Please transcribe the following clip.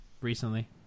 recently